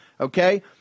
Okay